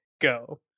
go